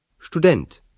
Student